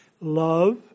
Love